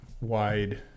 wide